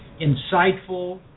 insightful